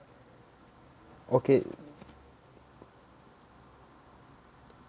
okay